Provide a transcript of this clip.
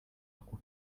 ako